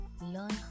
Learn